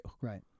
Right